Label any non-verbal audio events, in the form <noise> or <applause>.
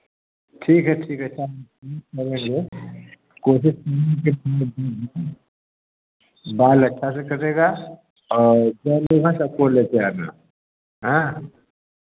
ठीक है ठीक है अच्छा कर लेंगे कोशिश <unintelligible> बाल अच्छा से कटेगा और <unintelligible> तब फ़ोन लेकर आना है